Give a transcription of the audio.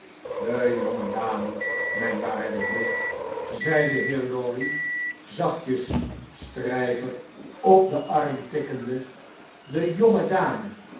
de jonge dame mijn waarde heer zei de heer lorry zachtjes stryver op den arm tikkende de